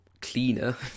cleaner